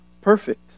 perfect